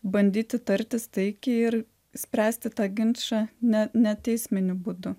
bandyti tartis taikiai ir spręsti tą ginčą ne neteisminiu būdu